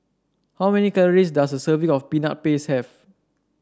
how many calories does a serving of Peanut Paste have